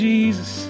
Jesus